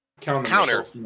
counter